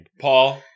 Paul